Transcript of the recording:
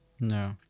No